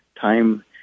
time